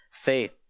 faith